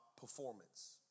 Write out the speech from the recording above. performance